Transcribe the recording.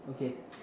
okay